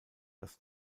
das